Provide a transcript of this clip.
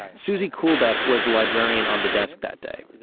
susi kohlbeck was the librarian on the desk that day,